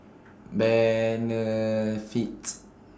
Benefit